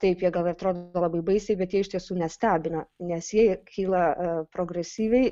taip jie gal ir atrodo labai baisiai bet jie iš tiesų nestebina nes jie ir kyla progresyviai